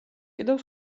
კიდევ